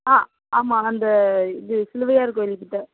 ஆ ஆமாம் அந்த இது சிலுவையார் கோயில்கிட்ட